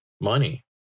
money